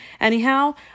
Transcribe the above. anyhow